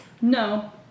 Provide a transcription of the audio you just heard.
No